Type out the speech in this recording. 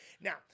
Now